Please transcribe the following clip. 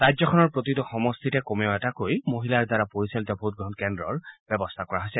ৰাজ্যখনত প্ৰতিটো সমষ্টিতে কমেও এটাকৈ মহিলাৰ দ্বাৰা পৰিচালিত ভোটগ্ৰহণ কেন্দ্ৰৰ ব্যৱস্থা কৰা হৈছে